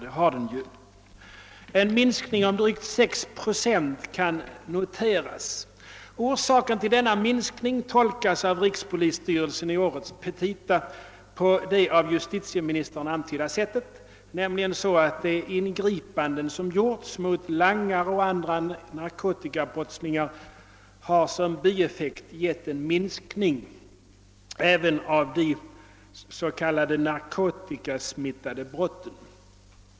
En minskning av brottsligheten med drygt 6 procent kan noteras. Orsaken till denna minskning tolkas av rikspolisstyrelsen i årets petita på det av justitieministern antydda sättet, nämligen att de ingripanden som har gjorts mot langarna och andra narkotikabrottslingar såsom bieffekt har medfört en minskning även av de s.k. narkotikasmittade brotten.